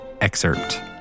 excerpt